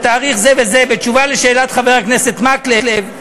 בתאריך זה וזה בתשובה על שאלת חבר הכנסת מקלב,